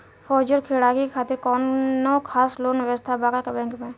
फौजी और खिलाड़ी के खातिर कौनो खास लोन व्यवस्था बा का बैंक में?